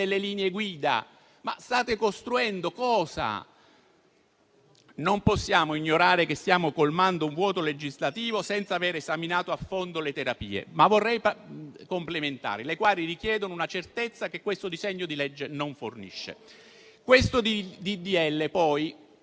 linee guida. Ma cosa state costruendo? Non possiamo ignorare che stiamo colmando un vuoto legislativo senza avere esaminato a fondo le terapie complementari, le quali richiedono una certezza che questo disegno di legge non fornisce. Questo